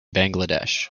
bangladesh